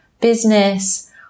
business